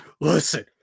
Listen